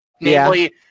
Namely